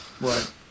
Right